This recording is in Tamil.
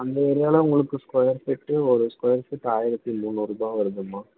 அந்த ஏரியாவில் உங்களுக்கு ஸ்கொயர் ஃபீட்டு ஒரு ஸ்கொயர் ஃபீட் ஆயிரத்து முந்நுாறுரூபா வரும்மா